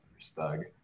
Stug